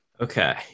Okay